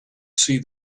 see